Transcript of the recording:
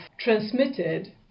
transmitted